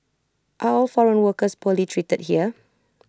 are all foreign workers poorly treated here